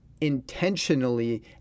intentionally